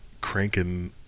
cranking